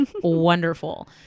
wonderful